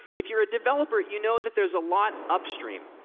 if you're a developer, you know that there's a lot upstream,